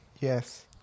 Yes